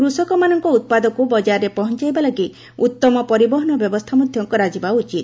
କୃଷକମାନଙ୍କ ଉତ୍ପାଦକୁ ବଜାରରେ ପହଞ୍ଚାଇବା ଲାଗି ଉତ୍ତମ ପରିବହନ ବ୍ୟବସ୍ଥା ମଧ୍ୟ କରାଯିବା ଉଚିତ